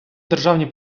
державні